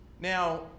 Now